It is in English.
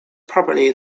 probably